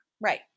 Right